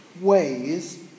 ways